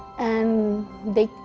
and they,